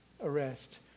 arrest